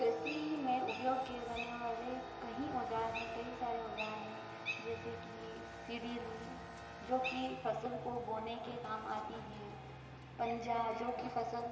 कृषि में उपयोग किए जाने वाले कई औजार हैं कई सारे औज़ार हैं जैसे कि सिरिल जो कि फसल को बोने के काम आती हें पंजा जो कि फसल